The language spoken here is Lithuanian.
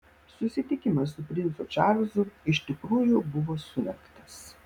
susitikimas su princu čarlzu iš tikrųjų buvo surengtas